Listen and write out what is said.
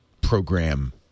program